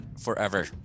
forever